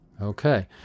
Okay